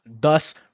thus